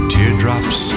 Teardrops